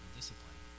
discipline